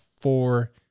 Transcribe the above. four